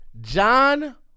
John